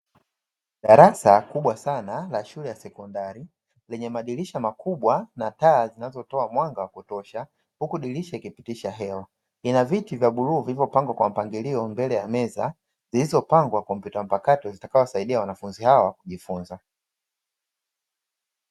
Darasa kubwa sana la shule ya sekondari, lenye madirisha makubwa na taa zinazotoa mwanga wa kutosha huku dirisha likipitisha hewa. Lina viti vya bluu vilivyopangwa kwa mpangilio mbele ya meza; zilizopangwa kompyuta mpakato zitakazowasaidia wanafunzi hawa kujifunza.